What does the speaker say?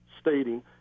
stating